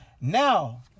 Now